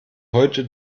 heute